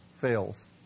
fails